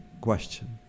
question